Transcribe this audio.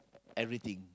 everything